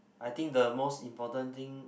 I think the most important thing